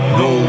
no